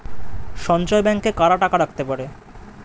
সঞ্চয় ব্যাংকে কারা টাকা রাখতে পারে?